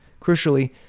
Crucially